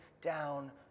down